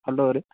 hello ರೀ